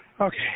Okay